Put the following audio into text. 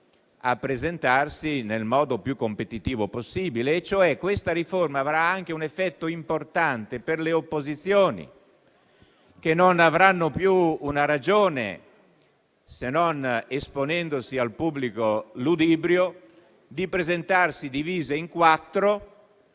a presentarsi nel modo più competitivo possibile. Questa riforma avrà anche un effetto importante per le opposizioni, che non avranno più una ragione, se non esponendosi al pubblico ludibrio, di presentarsi divise in quattro